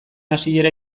hasiera